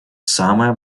самое